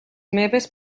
meves